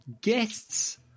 guests